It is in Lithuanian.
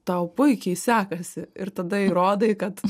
tau puikiai sekasi ir tada įrodai kad